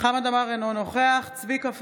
חמד עמאר, אינו נוכח צביקה פוגל,